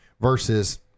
versus